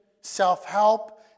self-help